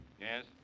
Yes